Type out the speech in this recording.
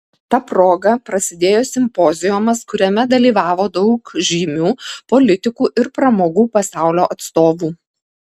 ta proga prasidėjo simpoziumas kuriame dalyvavo daug žymių politikų ir pramogų pasaulio atstovų